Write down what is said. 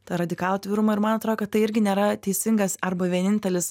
tą radikalų atvirumą ir man atrodo kad tai irgi nėra teisingas arba vienintelis